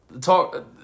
talk